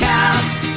Cast